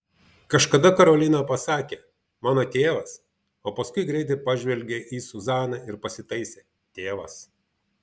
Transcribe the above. kažkada karolina pasakė mano tėvas o paskui greitai pažvelgė į zuzaną ir pasitaisė tėvas